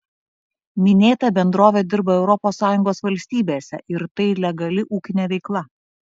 minėta bendrovė dirba europos sąjungos valstybėse ir tai legali ūkinė veikla